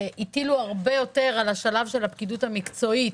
הטילו הרבה יותר על השלב של הפקידות המקצועית,